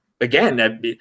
again